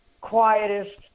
quietest